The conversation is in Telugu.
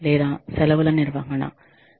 లేదా సెలవుల నిర్వహణ